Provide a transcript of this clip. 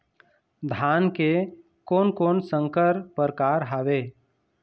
धान के कोन कोन संकर परकार हावे?